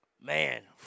Man